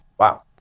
Wow